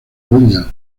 williams